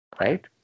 right